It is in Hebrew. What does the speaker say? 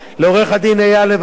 לעורך-דין אייל לב-ארי,